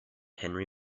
henry